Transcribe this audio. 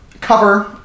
cover